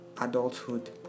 adulthood